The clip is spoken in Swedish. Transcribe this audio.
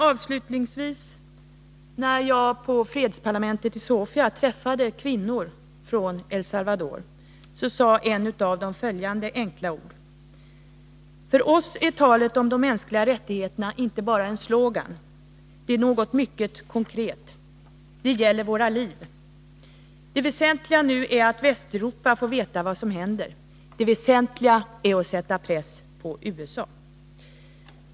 Avslutningsvis vill jag tala om att när jag på fredsparlamentet i Sofia träffade kvinnor från El Salvador, sade en av dem följande enkla ord: ”För oss är talet om de mänskliga rättigheterna inte bara en slogan — det är något mycket konkret, det gäller våra liv.” Det väsentliga är nu att Västeuropa får veta vad som händer. Det väsentliga är att sätta press på USA.